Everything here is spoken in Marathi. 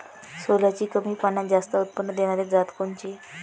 सोल्याची कमी पान्यात जास्त उत्पन्न देनारी जात कोनची?